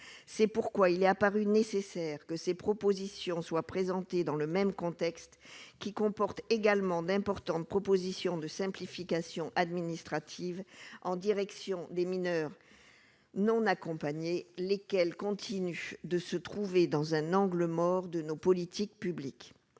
c'est pourquoi il est apparu nécessaire que ces propositions soient présentés dans le même contexte qui comporte également d'importantes propositions de simplification administrative en direction des mineurs non accompagnés, lesquels continuent de se trouver dans un angle mort de nos politiques publiques